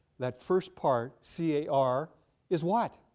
that first part, c a r is what?